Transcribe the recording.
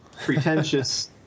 pretentious